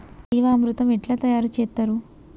జీవామృతం ఎట్లా తయారు చేత్తరు?